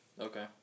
Okay